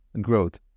growth